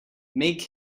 make